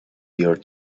your